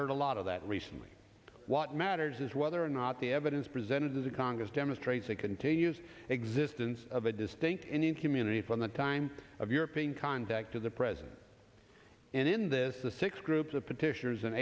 heard a lot of that recently what matters is whether or not the evidence presented to congress demonstrates that continues existence of a distinct indian community from the time of european contact to the present and in this the six groups of petitioners in